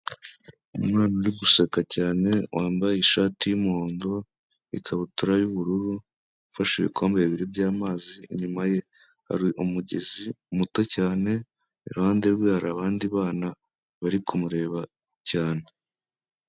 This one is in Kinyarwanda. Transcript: Umwana uri guseka cyane wambaye ishati y'umuhondo, ikabutura y'ubururu, ufashe ibikombe bibiri by'amazi, inyuma ye hari umugezi muto cyane, iruhande rwe hari abandi bana bari kumureba cyane.